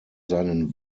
seinen